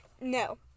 No